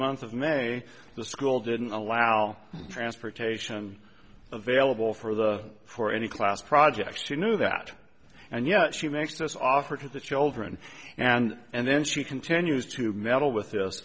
month of may the school didn't allow transportation available for the for any class projects to new that and yet she makes this offer to the children and then she continues to meddle with